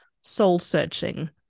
soul-searching